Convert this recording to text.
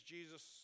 Jesus